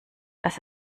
dass